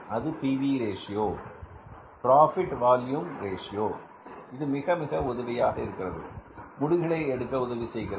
அது P V ratio profit volume ratio இது மிக மிக உதவியாக இருக்கிறது முடிவுகளை எடுக்க உதவி செய்கிறது